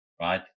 right